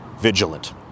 vigilant